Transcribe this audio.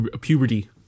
puberty